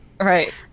Right